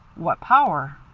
what power?